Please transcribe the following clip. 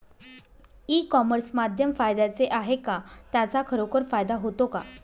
E commerce माध्यम फायद्याचे आहे का? त्याचा खरोखर फायदा होतो का?